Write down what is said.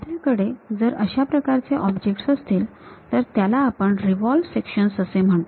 आपल्याकडे जर अशा प्रकारचे ऑब्जेक्टस असतील तर त्यास आपण रिव्हॉल्व्ह सेक्शन्स असे म्हणतो